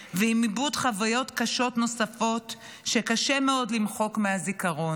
ועם עיבוד חוויות קשות נוספות שקשה מאוד למחוק מהזיכרון.